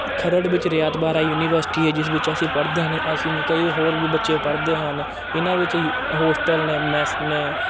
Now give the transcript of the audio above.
ਖਰੜ ਵਿੱਚ ਰਿਆਤ ਬਹਾਰਾ ਯੂਨੀਵਰਸਿਟੀ ਹੈ ਜਿਸ ਵਿੱਚ ਅਸੀਂ ਪੜ੍ਹਦੇ ਹਨ ਅਸੀਂ ਨਹੀਂ ਕਈ ਹੋਰ ਵੀ ਬੱਚੇ ਪੜ੍ਹਦੇ ਹਨ ਇਹਨਾਂ ਵਿੱਚ ਹੋਸਟਲ ਨੇ ਮੈਸ ਨੇ